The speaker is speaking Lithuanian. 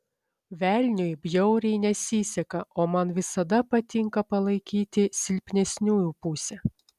velniui bjauriai nesiseka o man visada patinka palaikyti silpnesniųjų pusę